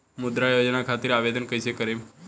मुद्रा योजना खातिर आवेदन कईसे करेम?